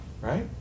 Right